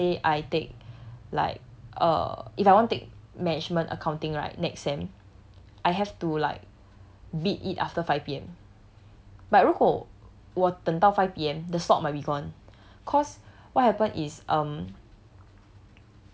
if let's say I take like err if I want take management accounting right next sem I have to like bid it after five P_M but 如果我等到 five P_M the slot might be gone cause what happen is um